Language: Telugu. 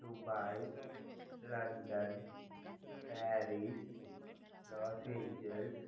Dubai London Paris Los Angeles